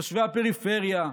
תושבי הפריפריה,